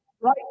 right